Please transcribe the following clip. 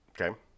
Okay